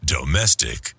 Domestic